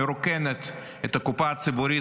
מרוקנת את הקופה הציבורית,